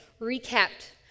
recapped